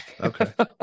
Okay